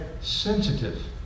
sensitive